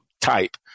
type